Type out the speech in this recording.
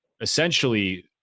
essentially